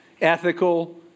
ethical